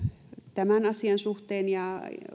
tämän asian suhteen ja